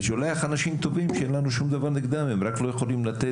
ושולח אנשים טובים שאין לנו שום דבר נגדם הם רק לא יכולים לתת.